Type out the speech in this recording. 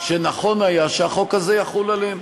שנכון היה שהחוק הזה יחול עליהם.